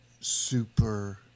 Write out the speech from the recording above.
super